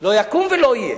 לא יקום ולא יהיה.